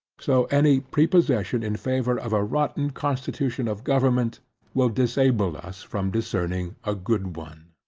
so any prepossession in favour of a rotten constitution of government will disable us from discerning a good one.